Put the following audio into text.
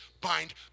bind